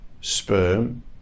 sperm